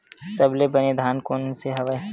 सबले बने धान कोन से हवय?